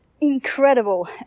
Incredible